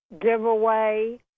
giveaway